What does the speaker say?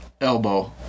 Elbow